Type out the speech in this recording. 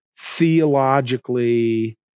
theologically